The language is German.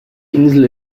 insel